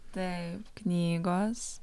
taip knygos